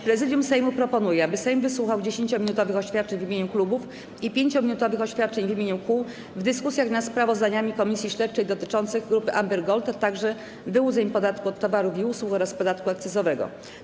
Prezydium Sejmu proponuje, aby Sejm wysłuchał 10-minutowych oświadczeń w imieniu klubów i 5-minutowych oświadczeń w imieniu kół w dyskusjach nad sprawozdaniami komisji śledczych dotyczącymi Grupy Amber Gold, a także wyłudzeń podatku od towarów i usług oraz podatku akcyzowego.